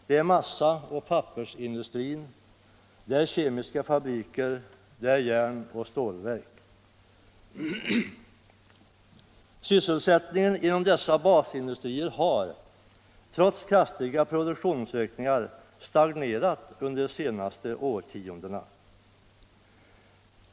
Det är massaoch pappersindustrin, det är kemiska fabriker, det är järnoch stålverk. Sysselsättningen inom dessa basindustrier har trots kraftiga produktionsökningar stagnerat under de senaste årtiondena.